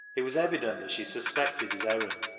it was evident that she suspected his errand,